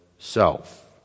Self